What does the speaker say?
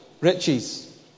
riches